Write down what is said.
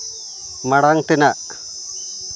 ᱢᱟᱲᱟᱝ ᱛᱮᱱᱟᱜ